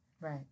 Right